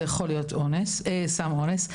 זה יכול להיות סם אונס,